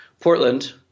Portland